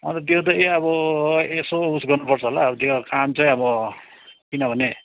अब त्यो त ए अब यसो उस गर्नुपर्छ होला अब त्यो काम चाहिँ अब किनभने